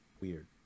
weird